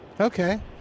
Okay